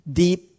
deep